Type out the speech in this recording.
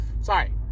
Sorry